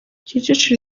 kicukiro